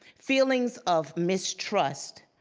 feelings of mistrust.